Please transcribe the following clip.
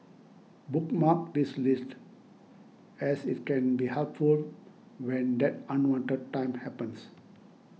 bookmark this list as its can be helpful when that unwanted time happens